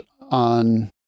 on